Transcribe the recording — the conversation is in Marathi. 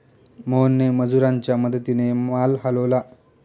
मोहनने मजुरांच्या मदतीने माल हलवला